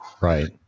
Right